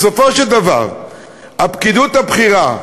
בסופו של דבר, הפקידות הבכירה,